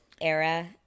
era